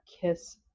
kiss